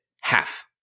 half